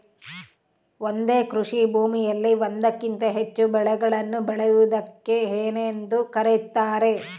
ಒಂದೇ ಕೃಷಿಭೂಮಿಯಲ್ಲಿ ಒಂದಕ್ಕಿಂತ ಹೆಚ್ಚು ಬೆಳೆಗಳನ್ನು ಬೆಳೆಯುವುದಕ್ಕೆ ಏನೆಂದು ಕರೆಯುತ್ತಾರೆ?